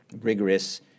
rigorous